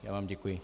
Já vám děkuji.